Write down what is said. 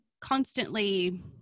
constantly